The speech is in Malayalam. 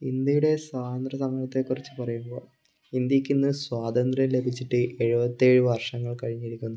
ഇന്ത്യയുടെ സ്വതന്ത്ര്യസമരത്തെക്കുറിച്ച് പറയുമ്പോൾ ഇന്ത്യക്കിന്ന് സ്വാതന്ത്ര്യം ലഭിച്ചിട്ട് എഴുപത്തിയേഴ് വർഷങ്ങൾ കഴിഞ്ഞിരിക്കുന്നു